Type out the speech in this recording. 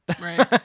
Right